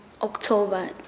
October